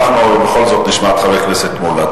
אנחנו בכל זאת נשמע את חבר הכנסת מולה.